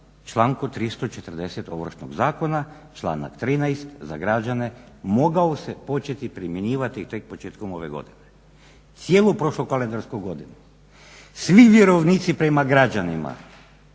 članku 360. Ovršnog zakona članak 13. Za građane mogao se početi primjenjivati tek početkom ove godine. cijelu prošlu kalendarsku godinu svi vjerovnici prema građanima